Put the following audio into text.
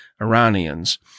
Iranians